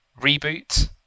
reboot